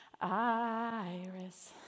Iris